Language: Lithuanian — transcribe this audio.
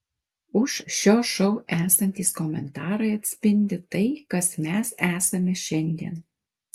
už šio šou esantys komentarai atspindi tai kas mes esame šiandien